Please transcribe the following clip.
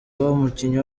n’umukinnyi